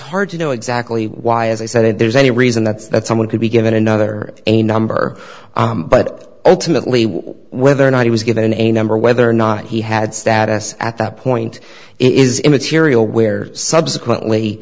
hard to know exactly why as i said if there's any reason that's that someone could be given another a number but ultimately whether or not he was given a number whether or not he had status at that point is immaterial where subsequently